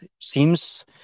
seems